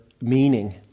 meaning